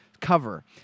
cover